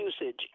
Usage